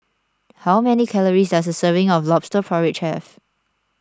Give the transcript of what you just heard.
how many calories does a serving of Lobster Porridge have